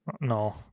No